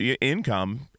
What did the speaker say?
income